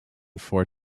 four